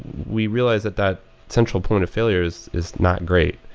we realize that that central point of failures is not great.